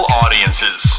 audiences